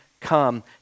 come